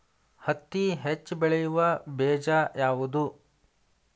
ಹತ್ತಿ ಹೆಚ್ಚ ಬೆಳೆಯುವ ಬೇಜ ಯಾವುದು?